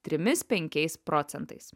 trimis penkiais procentais